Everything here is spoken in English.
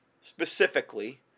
specifically